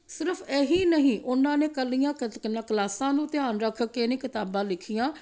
ਸਿਰਫ ਇਹੀ ਨਹੀਂ ਉਹਨਾਂ ਨੇ ਇਕੱਲੀਆਂ ਕ ਕਲ ਕਲਾਸਾਂ ਨੂੰ ਧਿਆਨ ਰੱਖ ਕੇ ਨਹੀਂ ਕਿਤਾਬਾਂ ਲਿਖੀਆਂ